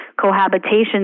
cohabitation